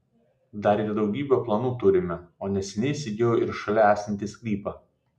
dar ir daugybę planų turime o neseniai įsigijau ir šalia esantį sklypą